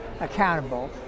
accountable